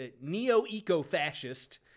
neo-eco-fascist